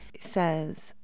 says